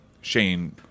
Shane